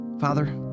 Father